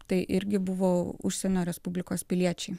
tai irgi buvo užsienio respublikos piliečiai